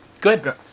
Good